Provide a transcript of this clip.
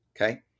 Okay